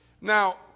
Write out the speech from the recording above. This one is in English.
Now